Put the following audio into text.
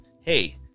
hey